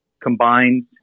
combined